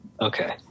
Okay